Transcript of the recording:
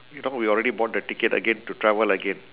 you know we already bought the ticket again to travel again